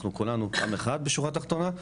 אנחנו עם אחד בשורה תחתונה.